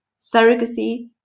Surrogacy